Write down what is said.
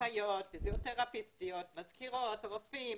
אחיות ופיזיותרפיסטיות, מזכירות, רופאים.